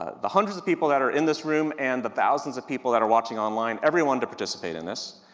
ah the hundreds of people that are in this room and the thousands of people that are watching online, everyone to participate in this.